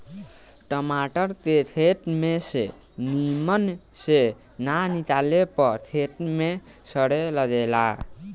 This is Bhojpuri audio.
टमाटर के खेत में से निमन से ना निकाले पर खेते में सड़े लगेला